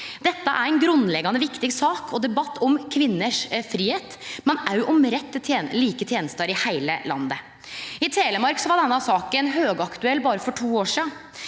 Dette er ei grunnleggjande viktig sak og debatt om kvinner sin fridom, men òg om rett til like tenester i heile landet. I Telemark var denne saka høgaktuell for berre to år sidan.